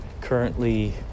currently